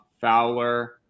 Fowler